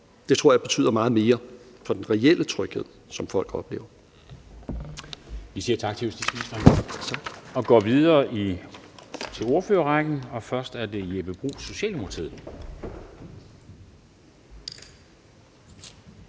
Det tror jeg betyder meget mere for den reelle tryghed, som folk oplever.